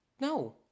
No